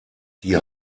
die